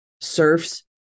surfs